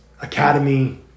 academy